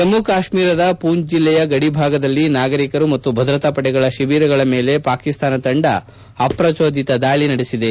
ಜಮ್ಮು ಕಾಶ್ಮೀರದ ಪೂಂಚ್ ಜಿಲ್ಲೆಯ ಗಡಿ ಭಾಗದಲ್ಲಿರುವ ನಾಗರೀಕರು ಮತ್ತು ಭದ್ರತಾಪಡೆಗಳ ತಿಬಿರಗಳ ಮೇಲೆ ಪಾಕಿಸ್ಸಾನ ತಂಡ ಅಪ್ರಜೋದಿತ ದಾಳಿ ನಡೆಸಿದೆ